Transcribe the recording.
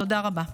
תודה רבה.